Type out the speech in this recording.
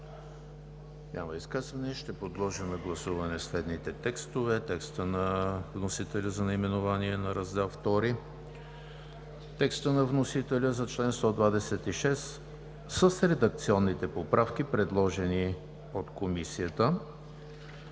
Няма. Подлагам на гласуване следните текстове: текста на вносителя за наименованието на Раздел II; текста на вносителя за чл. 126 с редакционните поправки, предложени от Комисията;